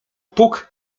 puk